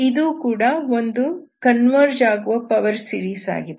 ಇದೂ ಕೂಡ ಒಂದು ಕನ್ವರ್ಜ್ ಆಗುವ ಪವರ್ ಸೀರೀಸ್ ಆಗಿದೆ